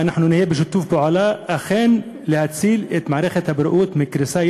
ואנחנו אכן נהיה בשיתוף פעולה כדי להציל את מערכת הבריאות מקריסה.